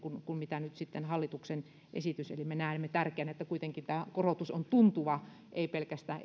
kuin mitä nyt sitten hallituksen esitys eli me näemme tärkeänä että kuitenkin korotus on tuntuva ei pelkästään